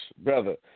brother